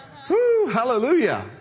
Hallelujah